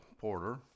porter